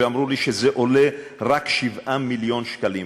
ואמרו לי שזה עולה רק 7 מיליון שקלים.